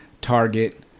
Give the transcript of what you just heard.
Target